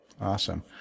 awesome